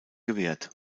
gewährt